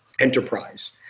enterprise